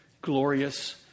glorious